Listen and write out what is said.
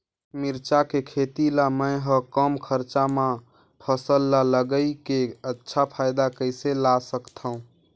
मिरचा के खेती ला मै ह कम खरचा मा फसल ला लगई के अच्छा फायदा कइसे ला सकथव?